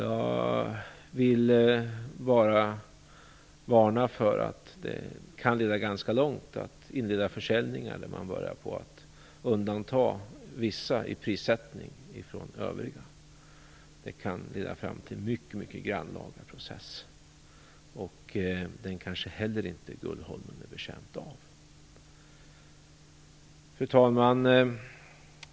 Jag vill bara varna för att det kan leda ganska långt att inleda försäljningar när man vid prissättning börjar att undanta vissa från övriga. Det kan leda fram till en mycket grannlaga process. Det kanske Gullholmen inte heller är betjänt av. Fru talman!